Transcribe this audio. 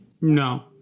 No